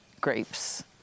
grapes